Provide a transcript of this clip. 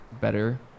better